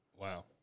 Wow